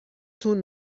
تون